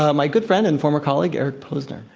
ah my good friend and former colleague eric posner.